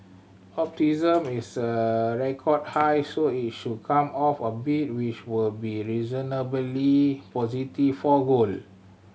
is a record high so it should come off a bit which would be reasonably positive for gold